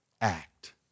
act